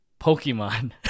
pokemon